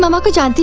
um akansha, and